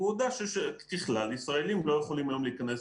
והוא הודה שככלל ישראלים לא יכולים היום להיכנס